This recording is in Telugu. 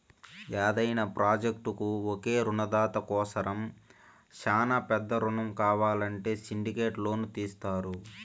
యాదైన ప్రాజెక్టుకు ఒకే రునదాత కోసరం శానా పెద్ద రునం కావాలంటే సిండికేట్ లోను తీస్తారు